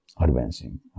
advancing